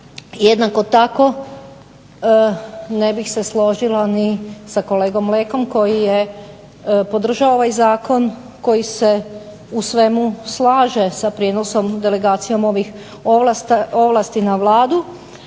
Jednako tako ne bih se složila ni sa kolegom Lekom koji je podržao ovaj Zakon koji se u svemu slaže sa prijenosom, delegacijama ovih ovlasti na Vladu,